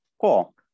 cool